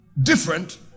different